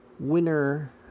winner